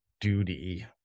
duty